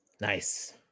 Nice